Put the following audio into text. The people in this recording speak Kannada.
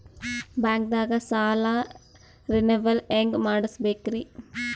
ಬ್ಯಾಂಕ್ದಾಗ ಸಾಲ ರೇನೆವಲ್ ಹೆಂಗ್ ಮಾಡ್ಸಬೇಕರಿ?